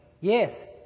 Yes